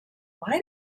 why